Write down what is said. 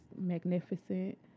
magnificent